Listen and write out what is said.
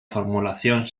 formulación